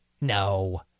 No